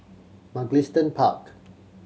Mugliston Park